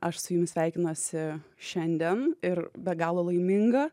aš su jumis sveikinuosi šiandien ir be galo laiminga